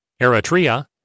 Eritrea